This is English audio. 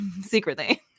secretly